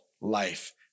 life